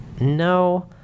No